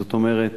זאת אומרת,